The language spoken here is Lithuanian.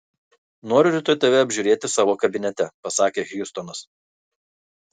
noriu rytoj tave apžiūrėti savo kabinete pasakė hjustonas